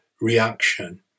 reaction